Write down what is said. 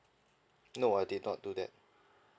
no I did not do that